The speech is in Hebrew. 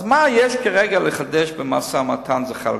אז מה יש כרגע לחדש במשא-ומתן, זחאלקה?